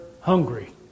hungry